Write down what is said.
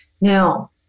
Now